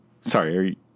Sorry